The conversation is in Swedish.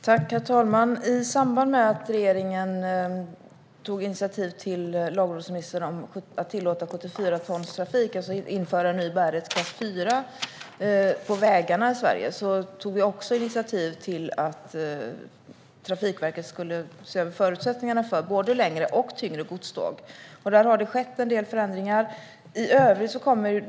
Herr talman! I samband med att regeringen tog initiativ till lagrådsremissen om att tillåta 74-tonstrafik och införa en ny bärighetsklass 4 på vägarna i Sverige tog vi också initiativ till att Trafikverket skulle se över förutsättningarna för både längre och tyngre godståg. Där har det skett en del förändringar.